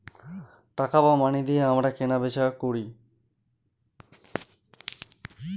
টাকা বা মানি দিয়ে আমরা কেনা বেচা করি